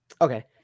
Okay